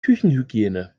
küchenhygiene